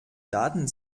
daten